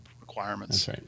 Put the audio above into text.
requirements